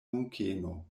munkeno